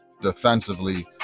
defensively